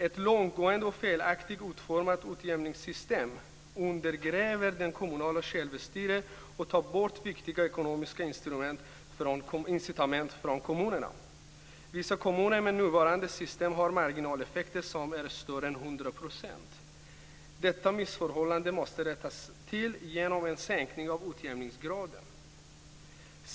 Ett långtgående och felaktigt utformat utjämningssystem undergräver det kommunala självstyret och tar bort viktiga ekonomiska incitament från kommunerna. Vissa kommuner har med nuvarande system marginaleffekter som är större än 100 %. Detta missförhållande måste rättas till med hjälp av en sänkning av utjämningsgraden.